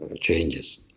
changes